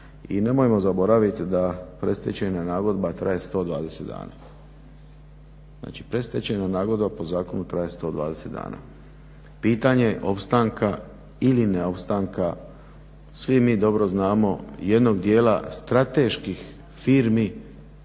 i nemojmo zaboraviti da predstečajna nagodba traje 120 dana. Znači predstečajna nagodba po zakonu traje 12 dana. Pitanje opstanka ili ne opstanka svi mi dobro znamo jednog djela strateških firmi